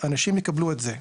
אנשים יקבלו את זה,